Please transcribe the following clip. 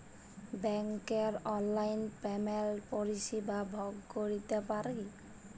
ব্যাংকের অললাইল পেমেল্টের পরিষেবা ভগ ক্যইরতে পারি